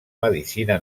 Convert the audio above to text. medicina